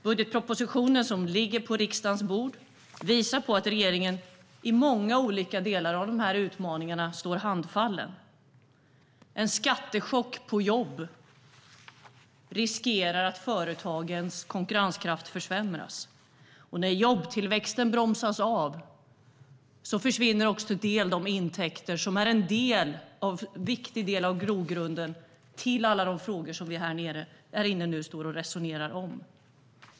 Budgetpropositionen visar att regeringen i många av dessa utmaningar står handfallen. En skattechock på jobb riskerar att företagens konkurrenskraft försämras. När jobbtillväxten bromsas försvinner också en del av de intäkter som är en viktig del av grogrunden till alla de frågor vi nu resonerar om här inne.